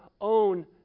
own